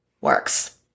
works